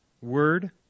word